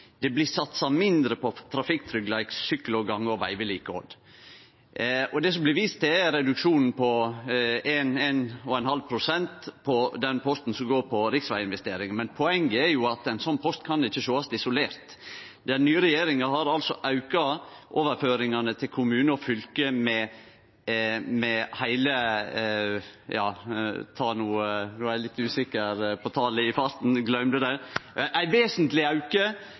Det blir satsa mindre på trafikktryggleik, sykkel og gonge og vegvedlikehald. Det som blir vist til, er reduksjonen på 1,5 pst. på den posten som går på riksveginvestering. Men poenget er at ein sånn post ikkje kan sjåast isolert. Den nye regjeringa har auka overføringane til kommunar og fylke, det er ein vesentleg auke på kommune- og fylkesbudsjettet, og det har gjeve resultat i form av store veginvesteringar. Berre Vestland fylke har satsa 470 mill. kr meir på veginvesteringar i budsjettet for det